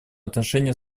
отношения